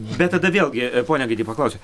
bet tada vėlgi ponia gaidy paklausiu